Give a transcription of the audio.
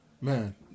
Man